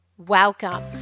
Welcome